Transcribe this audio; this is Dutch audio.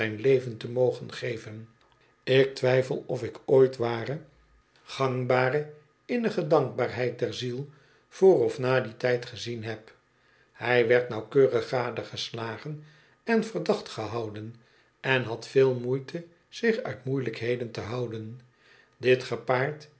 bare innige dankbaarheid der ziel voor of na dien tijd gezien heb hij werd nauwkeurig gadegeslagen en verdacht gehouden en had veel moeite zich uit moeielijkheden te houden dit gepaard